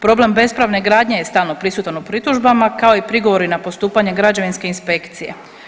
Problem bespravne gradnje je stalno prisutan u pritužbama kao i prigovori na postupanje Građevinske inspekcije.